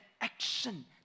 action